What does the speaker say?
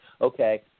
okay